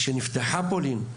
כשנפתחה פולין,